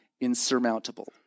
insurmountable